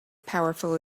powerful